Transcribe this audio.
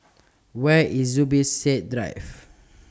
Where IS Zubir Said Drive